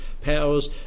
powers